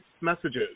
messages